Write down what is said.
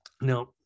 Now